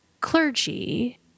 clergy